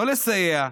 לא לסייע,